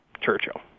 Churchill